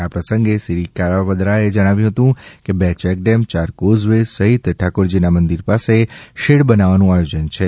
આ પ્રસંગે શ્રી કારાવદરાએ જણાવ્યું હતું કે બે ચેકડેમ ચાર કોઝવે સહિત ઠાકોરજીના મંદિર પાસે શેડ બનાવવાનું આયોજન છે